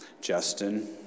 Justin